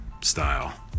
style